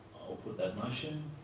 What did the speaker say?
i'll put that motion.